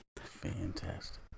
Fantastic